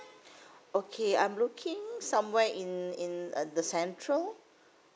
okay I'm looking somewhere in in uh the central